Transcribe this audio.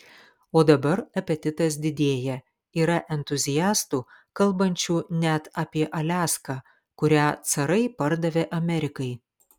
o dabar apetitas didėja yra entuziastų kalbančių net apie aliaską kurią carai pardavė amerikai